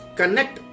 connect